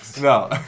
no